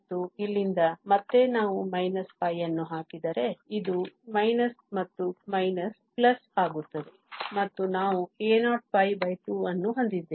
ಮತ್ತು ಇಲ್ಲಿಂದ ಮತ್ತೆ ನಾವು π ಅನ್ನು ಹಾಕಿದರೆ ಇದು ಮತ್ತು ಆಗುತ್ತದೆ ಮತ್ತು ನಾವು a02 ಅನ್ನು ಹೊಂದಿದ್ದೇವೆ